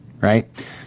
right